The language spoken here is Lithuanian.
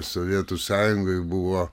sovietų sąjungoj buvo